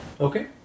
Okay